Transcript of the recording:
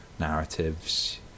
narratives